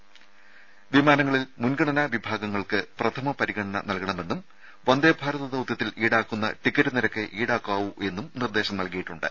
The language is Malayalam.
ഇത്തരം വിമാനങ്ങളിൽ മുൻഗണനാ വിഭാഗങ്ങൾക്ക് പ്രഥമ പരിഗണന നൽകണമെന്നും വന്ദേഭാരത് ദൌത്യത്തിൽ ഇൌടാക്കുന്ന ടിക്കറ്റ് നിരക്ക് ഇൌടാക്കണമെന്നും നിർദേശം നൽകിയിട്ടുണ്ട്